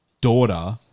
daughter